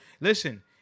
Listen